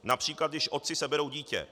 Například když otci seberou dítě.